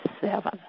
seven